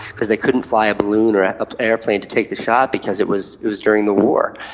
because they couldn't fly a balloon or ah ah airplane to take the shot because it was it was during the war.